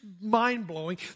mind-blowing